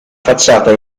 facciata